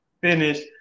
finish